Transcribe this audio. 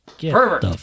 pervert